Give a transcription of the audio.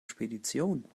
spedition